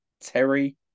Terry